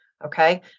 Okay